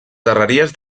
darreries